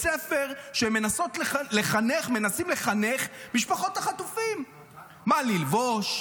ספר שמנסה לחנך את משפחות החטופים מה ללבוש,